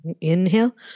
Inhale